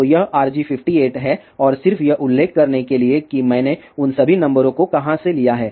तो यह RG58 है और सिर्फ यह उल्लेख करने के लिए कि मैंने उन सभी नंबरों को कहां से लिया है